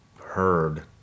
heard